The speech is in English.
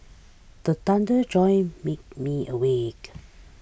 the thunder jolt me me awake